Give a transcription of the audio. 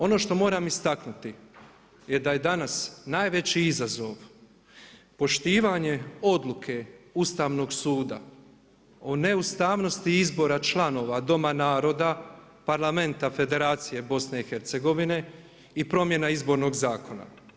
Ono što moram istaknuti je da je danas najveći izazov poštivanje odluke Ustavnog suda o neustavnosti izbora članova Doma naroda, Parlamenta Federacije BiH-a, i promjena izbornog zakona.